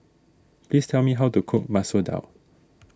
please tell me how to cook Masoor Dal